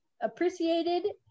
appreciated